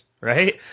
right